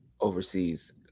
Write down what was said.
overseas